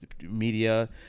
media